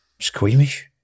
Squeamish